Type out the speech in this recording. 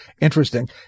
interesting